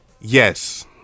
yes